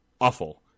awful